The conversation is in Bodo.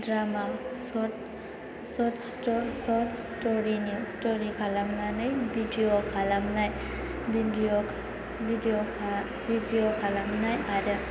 ड्रामा शर्ट स्टरि खालामनानै भिडिय' खालामनाय आरो